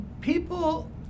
people